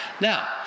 Now